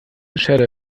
shadow